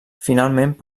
finalment